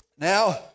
Now